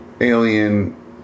Alien